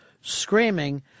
screaming